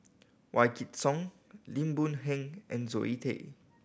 Wykidd Song Lim Boon Heng and Zoe Tay